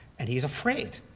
and he's afraid